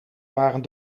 waren